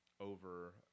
over